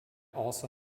also